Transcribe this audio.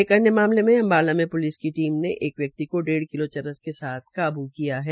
एक अन्य मामले मे अम्बाला में प्लिस टीम ने एक व्यक्ति को डेढ़ किलो चरस के साथ काबू किया है